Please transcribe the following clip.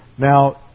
Now